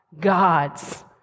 God's